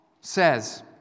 says